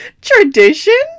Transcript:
tradition